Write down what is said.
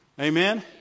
Amen